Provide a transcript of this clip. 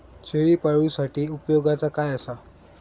शेळीपाळूसाठी उपयोगाचा काय असा?